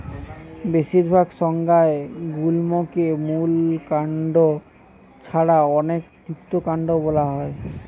বেশিরভাগ সংজ্ঞায় গুল্মকে মূল কাণ্ড ছাড়া অনেকে যুক্তকান্ড বোলা হয়